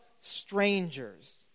strangers